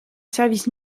service